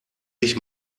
dich